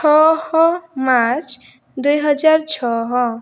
ଛଅ ମାର୍ଚ୍ଚ ଦୁଇ ହଜାର ଛଅ